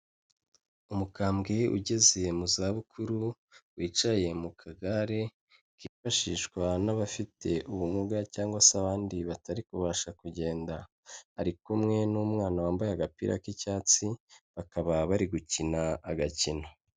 Umukambwe ugeze mu zabukuru wicaye mu kagare kifashishwa n'abafite ubumuga cyangwa se abandi batari kubasha kugenda, ari kumwe n'umwana wambaye agapira k'icyatsi bakaba bari gukina agakino.